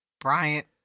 Bryant